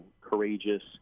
courageous